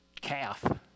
Calf